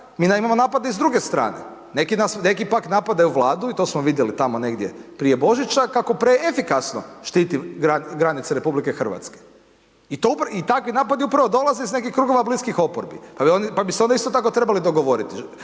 imamo napade i s druge strane. Neki nas, neki pak napadaju Vladu i to smo vidjeli tamo negdje prije Božića kako preefikasno štiti granice RH i to upravo, i takvi napadi upravo dolaze iz nekih krugova bliskih oporbi. Pa bi se onda isto tako trebali dogovori,